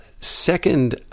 second